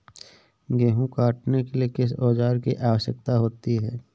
गेहूँ काटने के लिए किस औजार की आवश्यकता होती है?